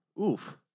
Oof